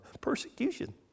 Persecution